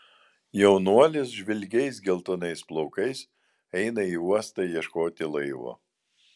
jaunuolis žvilgiais geltonais plaukais eina į uostą ieškoti laivo